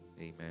Amen